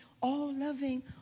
all-loving